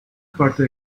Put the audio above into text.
parte